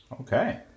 Okay